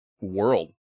world